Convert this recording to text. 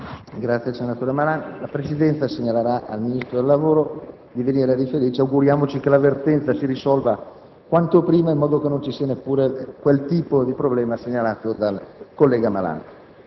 il senatore Malan. La Presidenza inviterà il Ministro del lavoro a venire a riferire in Aula. Auguriamoci che la vertenza si risolva quanto prima, in modo che non si ponga neppure il tipo di problema segnalato dal senatore Malan.